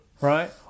Right